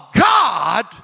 God